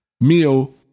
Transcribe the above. Mio